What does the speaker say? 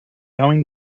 going